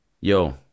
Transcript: yo